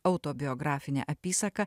autobiografinę apysaką